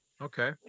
Okay